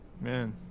Man